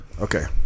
Okay